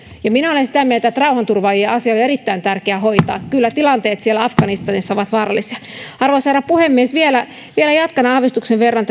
ja minä olen sitä mieltä että rauhanturvaajien asia on erittäin tärkeä hoitaa kyllä tilanteet siellä afganistanissa ovat vaarallisia arvoisa herra puhemies vielä vielä jatkan aavistuksen verran